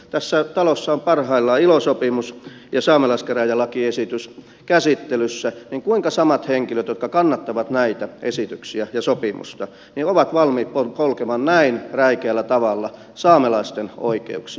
kun tässä talossa on parhaillaan ilo sopimus ja saamelaiskäräjälakiesitys käsittelyssä niin kuinka samat henkilöt jotka kannattavat näitä esityksiä ja sopimusta ovat valmiit polkemaan näin räikeällä tavalla saamelaisten oikeuksia